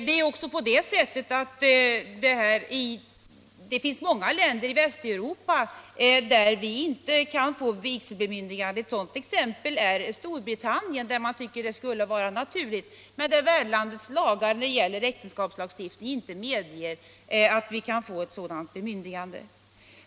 Det är också på det sättet att det finns många länder i Västeuropa där vi inte kan få vigselbemyndigande. Ett sådant exempel är Storbritannien; man tycker att det skulle vara naturligt att vi finge vigselbemyndigande där men värdlandets äktenskapslagstiftning medger inte sådant.